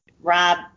Rob